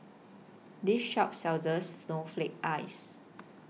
This Shop sells Snowflake Ice